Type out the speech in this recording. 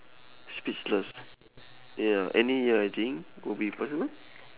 speechless ya any year I think will be possible